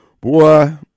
Boy